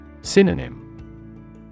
Synonym